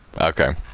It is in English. Okay